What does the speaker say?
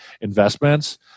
investments